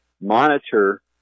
monitor